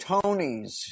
Tonys